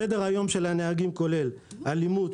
סדר היום של הנהגים כולל אלימות,